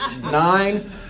nine